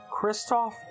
Kristoff